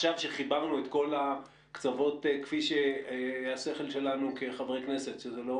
אחרי שחיברנו את כל הקצוות כפי שהשכל שלנו כחברי כנסת - שזה לא